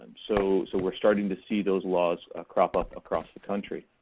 so so we're starting to see those laws crop up across the country.